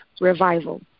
revival